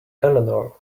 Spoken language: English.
eleanor